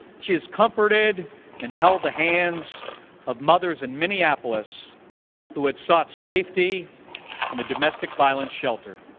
she has comforted and held the hands of mothers in minneapolis who had sought safety in a domestic violence shelter.